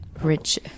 Rich